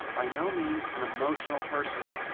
by no means an emotional person.